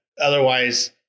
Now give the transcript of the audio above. otherwise